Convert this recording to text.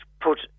put